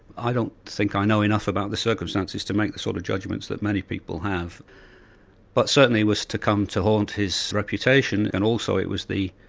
i don't think i know enough about the circumstances to make the sort of judgments that many people have but certainly was to come to haunt his reputation and also it was the,